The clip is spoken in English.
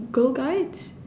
girl guides